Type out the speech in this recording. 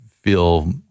feel